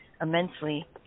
immensely